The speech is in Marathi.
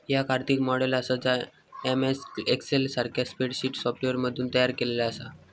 याक आर्थिक मॉडेल आसा जा एम.एस एक्सेल सारख्या स्प्रेडशीट सॉफ्टवेअरमधसून तयार केलेला आसा